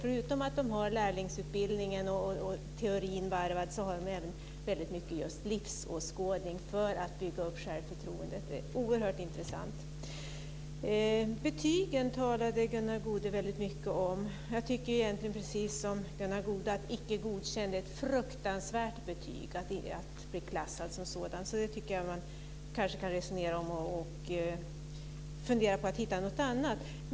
Förutom att man har lärlingsutbildningen och teorin varvad har man väldigt mycket livsåskådning för att bygga upp självförtroendet. Det är oerhört intressant. Gunnar Goude talade väldigt mycket om betygen. Jag tycker egentligen, precis som Gunnar Goude, att det är fruktansvärt att bli klassad som icke godkänd. Det är ett fruktansvärt betyg, så man kanske kan resonera om det och fundera på att hitta något annat.